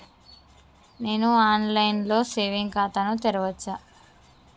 నేను online లో saving ఖాతా ను తెరవచ్చా?